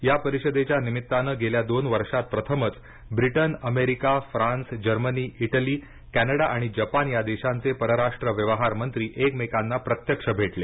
या परिषदेच्या निमित्तानं गेल्या दोन वर्षात प्रथमच ब्रिटनअमेरिका फ्रान्स जर्मनीइटली कॅनडा आणि जपान या देशांचे परराष्ट्र व्यवहार मंत्री एकमेकांना प्रत्यक्ष भेटले